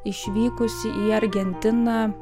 išvykusi į argentiną